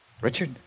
Richard